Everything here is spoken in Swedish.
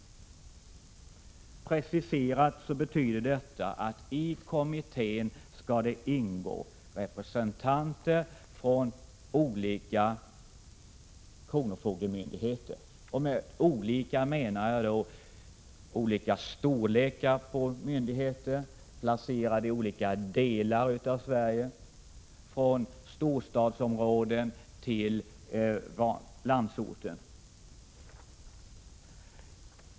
Preciserat betyder detta att det i kommittén skall ingå — förutom fackliga företrädare — representanter för olika kronofogdemyndigheter. Med olika kronofogdemyndigheter menar jag då myndigheter av olika storlek och placerade i olika delar av Sverige, allt från storstadsområden till landsorten.